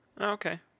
okay